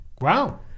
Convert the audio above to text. Wow